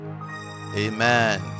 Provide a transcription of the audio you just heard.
Amen